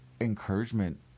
encouragement